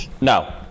No